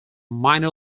minor